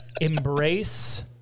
Embrace